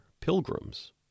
pilgrims